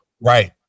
Right